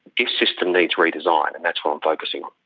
this system needs redesign, and that's what i'm focussing on.